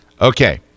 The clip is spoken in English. Okay